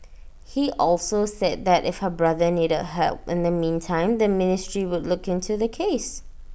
he also said that if her brother needed help in the meantime the ministry would look into the case